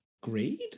greed